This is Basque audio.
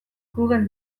google